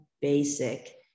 basic